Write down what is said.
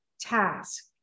task